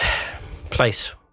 place